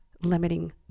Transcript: limiting